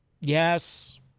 Yes